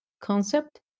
concept